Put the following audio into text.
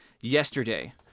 yesterday